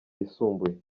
yisumbuye